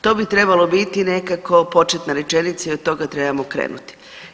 To bi trebalo biti nekako početna rečenica i od toga trebamo krenuti.